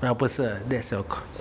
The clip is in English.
没有不是 that's your